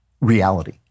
reality